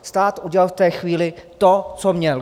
Stát udělal v té chvíli to, co měl.